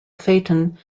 phaeton